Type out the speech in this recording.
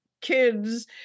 kids